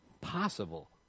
possible